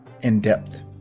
in-depth